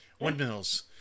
Windmills